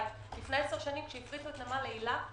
לפני עשר שנים, כשהפריטו את נמל אילת,